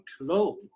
low